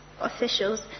officials